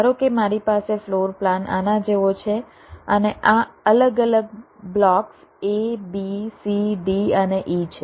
ધારો કે મારી પાસે ફ્લોર પ્લાન આના જેવો છે અને આ અલગ અલગ blocks A B C D અને E છે